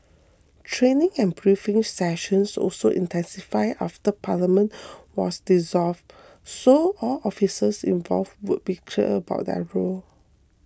training and briefing sessions also intensified after parliament was dissolved so all officers involved would be clear about their role